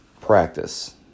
Practice